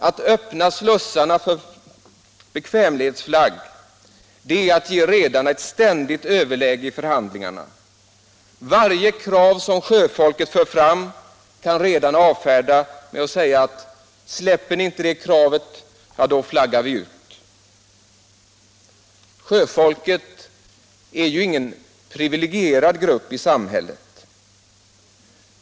Att öppna slussarna för bekvämlighetsflagg är att ge redarna ett ständigt överläge vid förhandlingarna. Varje krav som sjöfolket för fram kan redarna avfärda med att säga: Släpper ni inte det kravet flaggar vi ut. Sjöfolket är ju inte någon privilegierad grupp i samhället.